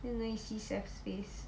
then don't need see steph face